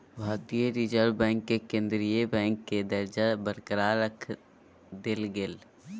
भारतीय reserve bank के केंद्रीय बैंक के दर्जा बरकरार रख देल गेलय